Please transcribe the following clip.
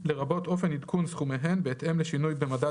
לרבות אופן עדכון סכומיהן בהתאם לשינוי במדד